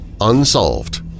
unsolved